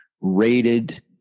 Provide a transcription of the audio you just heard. rated